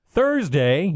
Thursday